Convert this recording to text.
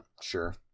Sure